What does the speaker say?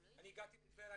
אני הגעתי מטבריה.